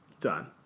Done